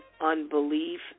unbelief